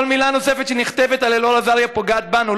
כל מילה נוספת שנכתבת על אלאור אזריה פוגעת בנו,